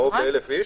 קרוב לאלף איש